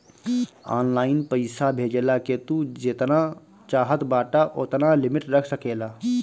online पईसा भेजला के तू जेतना चाहत बाटअ ओतना लिमिट रख सकेला